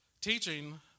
teaching